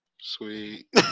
Sweet